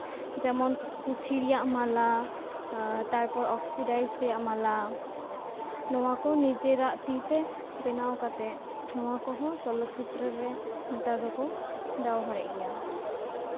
ᱡᱮᱢᱚᱱ ᱯᱩᱛᱷᱤ ᱨᱮᱭᱟᱜ ᱢᱟᱞᱟ ᱛᱟᱨᱯᱚᱨ ᱚᱠᱥᱤᱰᱟᱭᱤᱡᱽᱰ ᱨᱮᱭᱟᱜ ᱢᱟᱞᱟ ᱱᱚᱣᱟ ᱠᱚ ᱱᱤᱡᱮᱨᱟᱜ ᱛᱤ ᱛᱮ ᱵᱮᱱᱟᱣ ᱠᱟᱛᱮᱫ ᱱᱚᱣᱟ ᱠᱚᱦᱚᱸ ᱪᱚᱞᱚᱛ ᱪᱤᱛᱨᱚ ᱨᱮ ᱱᱮᱛᱟᱨ ᱫᱚᱠᱚ ᱵᱮᱣᱦᱟᱨᱮᱫ ᱜᱮᱭᱟ